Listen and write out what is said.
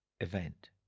event